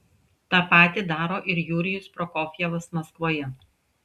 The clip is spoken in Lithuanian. tą patį daro ir jurijus prokofjevas maskvoje